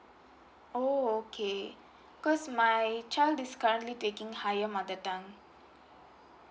oh okay because my child is currently taking higher mother tongue